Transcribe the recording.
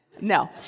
No